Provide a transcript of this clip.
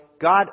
God